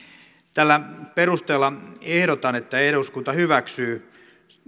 tällä perusteella ehdotan että eduskunta hyväksyy